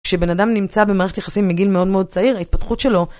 כשבן אדם נמצא במערכת יחסים מגיל מאוד מאוד צעיר, ההתפתחות שלו...